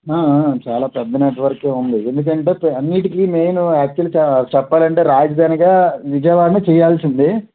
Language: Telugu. చాలా పెద్ద నెట్వర్క్ ఉంది ఎందుకంటే అన్నింటికి మెయిన్ యాక్చువలీ చెప్పాలంటే రాజధానిగా విజయవాడ చేయాల్సింది